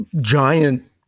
giant